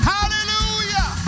Hallelujah